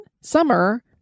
Summer